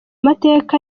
mateka